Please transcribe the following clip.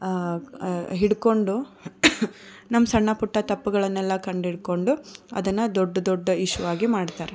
ಹಿಡ್ಕೊಂಡು ನಮ್ಮ ಸಣ್ಣ ಪುಟ್ಟ ತಪ್ಪುಗಳನ್ನೆಲ್ಲ ಕಂಡು ಹಿಡ್ಕೊಂಡು ಅದನ್ನು ದೊಡ್ದು ದೊಡ್ಡ ಇಶ್ಯು ಆಗಿ ಮಾಡ್ತಾರೆ